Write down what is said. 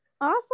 Awesome